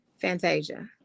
Fantasia